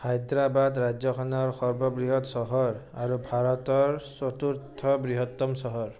হায়দৰাবাদ ৰাজ্যখনৰ সৰ্ববৃহৎ চহৰ আৰু ভাৰতৰ চতুৰ্থ বৃহত্তম চহৰ